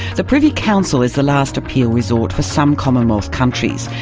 the privy council is the last appeal resort for some commonwealth countries,